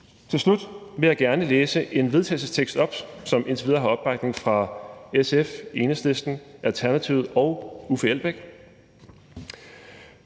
Til slut vil jeg gerne læse en vedtagelsestekst op, som indtil videre har opbakning fra RV, SF, Enhedslisten, Alternativet og Uffe Elbæk